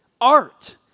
art